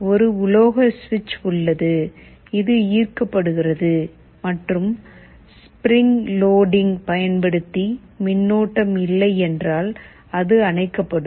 ஒரு உலோக சுவிட்ச் உள்ளது இது ஈர்க்கப்படுகிறது மற்றும் ஸ்ப்ரிங் லோடிங் பயன்படுத்தி மின்னோட்டம் இல்லை என்றால் அது அணைக்கப்படும்